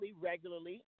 regularly